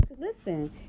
listen